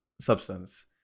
Substance